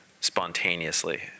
spontaneously